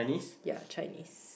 yeah Chinese